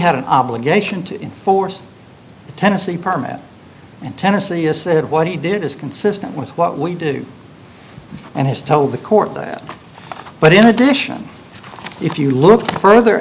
had an obligation to enforce the tennessee permit and tennessee has said what he did is consistent with what we do and has told the court that but in addition if you look further